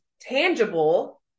tangible